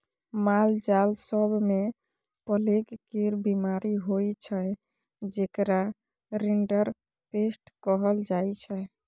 मालजाल सब मे प्लेग केर बीमारी होइ छै जेकरा रिंडरपेस्ट कहल जाइ छै